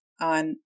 on